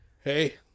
Hey